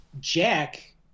Jack